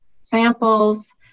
samples